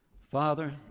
Father